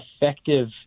effective